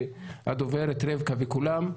והדוברת רבקה וכולם,